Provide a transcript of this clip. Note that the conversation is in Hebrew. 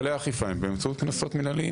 כללי אכיפה הם באמצעות קנסות מינהליים.